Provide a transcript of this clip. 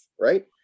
right